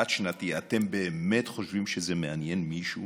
חד-שנתי, אתם באמת חושבים שזה מעניין מישהו